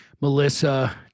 Melissa